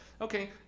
okay